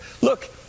Look